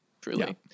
truly